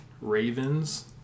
Ravens